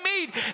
meet